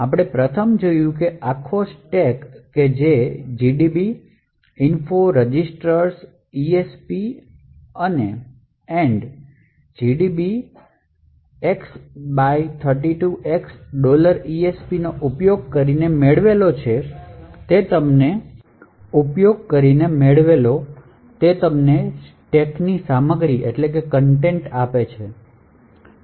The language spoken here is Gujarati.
આપણે પ્રથમ જોયું છે કેઆખો સ્ટેક કે જે gdb info registers esp and gdb x32x esp નો ઉપયોગ કરીને મેળવેલો તે તમને સ્ટેકની સામગ્રી આપે છે